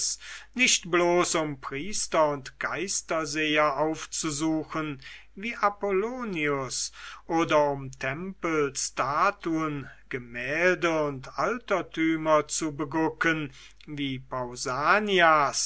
nicht bloß um priester und geisterseher aufzusuchen wie plato oder um tempel statuen gemälde und altertümer zu begucken wie